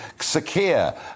secure